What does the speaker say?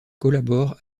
collabore